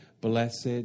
Blessed